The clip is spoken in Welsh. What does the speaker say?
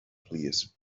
plîs